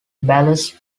ballast